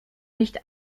nicht